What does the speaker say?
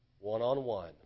one-on-one